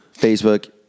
Facebook